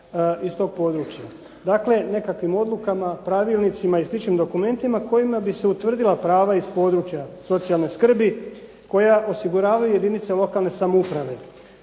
iz tog područja. Dakle, nekakvim odlukama, pravilnicima i sličnim dokumentima kojima bi se utvrdila prava iz područja socijalne skrbi koja osiguravaju jedinice lokalne samouprave